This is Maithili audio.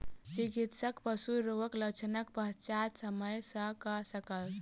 चिकित्सक पशु रोगक लक्षणक पहचान समय सॅ कय सकल